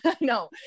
No